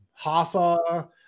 Hoffa